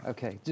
Okay